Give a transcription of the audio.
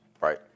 Right